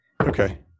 okay